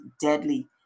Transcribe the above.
deadly